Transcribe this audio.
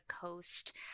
coast